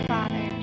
Father